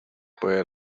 puede